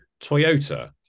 Toyota